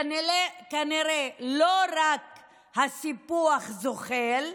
כנראה לא רק הסיפוח זוחל,